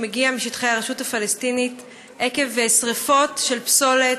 שמגיע משטחי הרשות הפלסטינית עקב שרפות של פסולת,